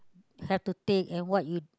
have to take and what you